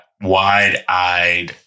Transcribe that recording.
wide-eyed